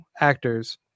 actors